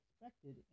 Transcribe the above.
expected